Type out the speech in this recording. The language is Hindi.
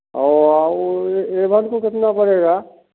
और और एवन का कितना पड़ेगा